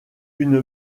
une